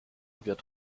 wird